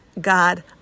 God